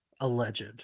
alleged